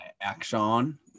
action